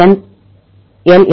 N L